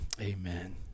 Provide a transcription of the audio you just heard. amen